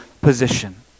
position